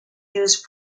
used